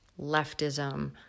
leftism